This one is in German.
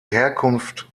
herkunft